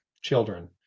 children